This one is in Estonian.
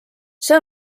see